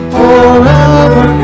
forever